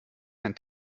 einen